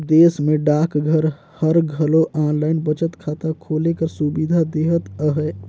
देस में डाकघर हर घलो आनलाईन बचत खाता खोले कर सुबिधा देहत अहे